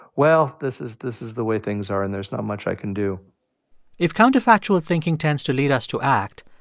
well, this is this is the way things are and there's not much i can do if counterfactual thinking tends to lead us to act,